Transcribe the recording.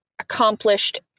accomplished